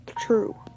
True